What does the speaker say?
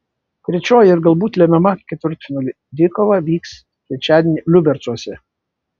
trečioji ir galbūt lemiama ketvirtfinalio dvikova vyks trečiadienį liubercuose